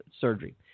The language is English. surgery